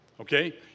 Okay